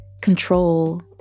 control